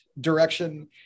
direction